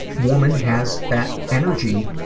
woman has that energy.